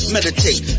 Meditate